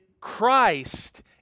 Christ